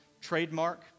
trademark